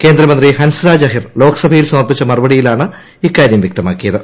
കേന്ദ്രമന്ത്രി ഹൻസ്രാജ് അഹിർ ലോക്സഭയിൽ സമർപ്പിച്ച മറുപടിയിലാണ് ഇക്കാര്യം വ്യക്തമാക്കിയത്